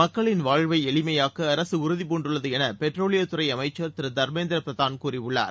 மக்களின் வாழ்வை எளிமையாக்க அரசு உறுதி பூண்டுள்ளது என பெட்ரோலியத் துறை அமைச்சர் திரு தர்மேந்திர பிரதான் கூறியுள்ளார்